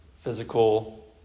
physical